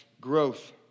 growth